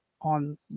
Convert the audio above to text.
on